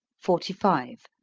forty five.